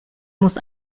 muss